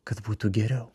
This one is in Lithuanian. kad būtų geriau